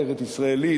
ארץ-ישראלית,